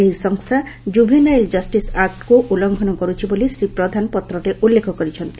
ଏହି ସଂସ୍ଥା juvenile justice ଆକୃକୁ ଉଲ୍ଲଘନ କରୁଛି ବୋଲି ଶ୍ରୀ ପ୍ରଧାନ ପତ୍ରରେ ଉଲ୍ଲେଖ କରିଛନ୍ତି